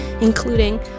including